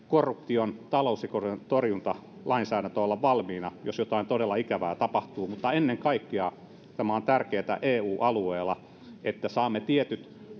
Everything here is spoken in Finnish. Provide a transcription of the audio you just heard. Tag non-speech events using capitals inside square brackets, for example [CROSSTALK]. korruption talousrikollisuuden torjuntalainsäädäntö olla valmiina jos jotain todella ikävää tapahtuu mutta ennen kaikkea tämä on tärkeätä eu alueella niin että saamme tietyt [UNINTELLIGIBLE]